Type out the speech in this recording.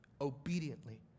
obediently